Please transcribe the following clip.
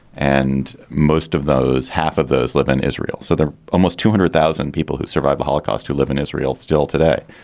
and most of those half of those live in israel. so they're almost two hundred thousand people who survived the holocaust, who live in israel still today.